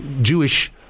Jewish